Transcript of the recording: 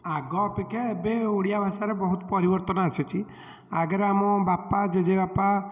ଆଗ ଅପେକ୍ଷା ଏବେ ଓଡ଼ିଆ ଭାଷାର ବହୁତ ପରିବର୍ତ୍ତନ ଆସିଛି ଆଗରେ ଆମ ବାପା ଜେଜେବାପା